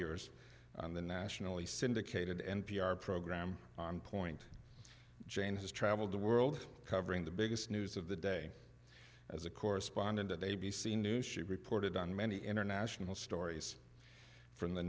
years on the nationally syndicated n p r program on point jane has traveled the world covering the biggest news of the day as a correspondent at a b c news she reported on many international stories from the